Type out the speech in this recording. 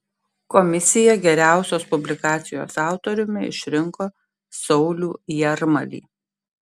komisija geriausios publikacijos autoriumi išrinko saulių jarmalį